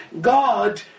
God